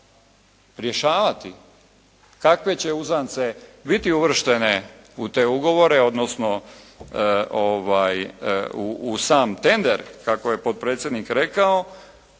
rješavati, kakve će uzance biti uvrštene u te ugovore, odnosno u sam tender kako je potpredsjednik rekao,